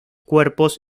cuerpos